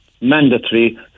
mandatory